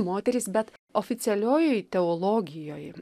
moterys bet oficialiojoj teologijoj